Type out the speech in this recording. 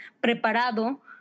preparado